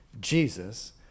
Jesus